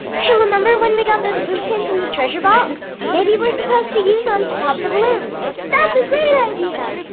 hey remember when we got those push pins in the treasure box? maybe we're supposed to use them um to pop the balloons? that's a great idea!